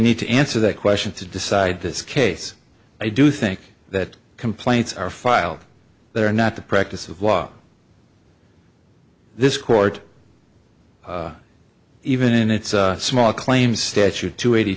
need to answer that question to decide this case i do think that complaints are filed that are not the practice of law this court even in its small claims statute two eighty